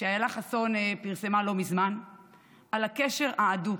שאילה חסון פרסמה לא מזמן על הקשר ההדוק